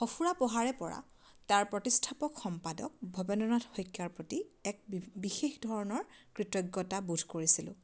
সঁফুৰা পঢ়াৰে পৰা তাৰ প্ৰতিষ্ঠাপক সম্পাদক ভৱেন্দ্ৰনাথ শইকীয়াৰ প্ৰতি এক বিশেষ ধৰণৰ কৃতজ্ঞতা বোধ কৰিছিলোঁ